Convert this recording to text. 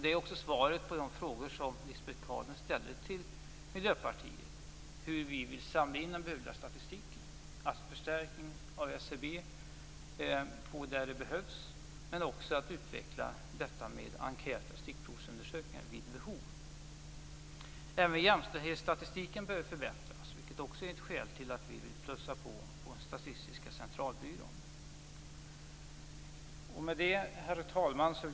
Det är också svaret på de frågor Lisbet Calner ställde till Miljöpartiet, dvs. hur vi vill samla in statistiken. Det skall vara en förstärkning av SCB där det behövs, men också enkät och stickprovsundersökningar vid behov. Även jämställdhetsstatistiken behöver förbättras. Det är också ett skäl till att vi vill plussa på för Statistiska centralbyrån. Herr talman!